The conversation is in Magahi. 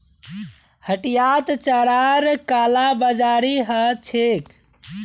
हटियात चारार कालाबाजारी ह छेक